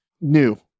new